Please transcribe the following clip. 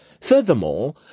Furthermore